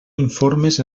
informes